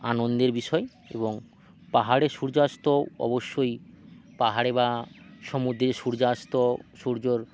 আনন্দের বিষয় এবং পাহাড়ে সূর্যাস্ত অবশ্যই পাহাড়ে বা সমুদ্রে যে সূর্যাস্ত সূর্যর